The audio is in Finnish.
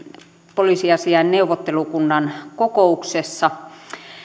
poliisiasiain neuvottelukunnan kokouksessa